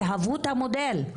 תהוו את המודל.